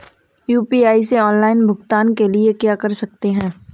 UPI से offline भुगतान के लिए क्या कर सकते हैं?